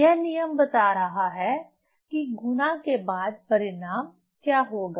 यह नियम बता रहा है कि गुणा के बाद परिणाम क्या होगा